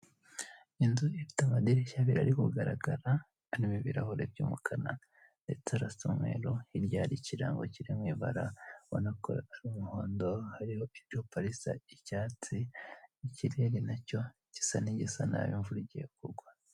Inzu ifite amadirishya abiri ari kugaragara, harimo ibirahuri by'umukara ndetse arasa umweru hirya har'ikirango kiri mu ibara ubona ko ar'umuhondo hariho icyapa risa icyatsi n'ikirere nacyo gisa n'igisa nabi imvura igiye kugwa.